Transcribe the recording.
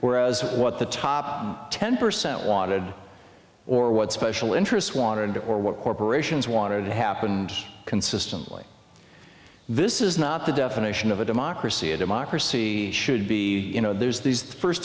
whereas what the top ten percent wanted or what special interest wanted to or what corporations wanted happened consistently this is not the definition of a democracy a democracy should be you know there's these first